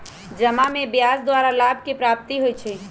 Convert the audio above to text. जमा में ब्याज द्वारा लाभ के प्राप्ति होइ छइ